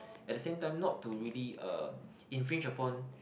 at the same time not to really uh infringe upon